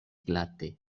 glate